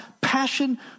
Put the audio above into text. passion